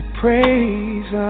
praise